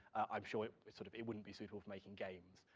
i'm sure it sort of it wouldn't be suitable for making games,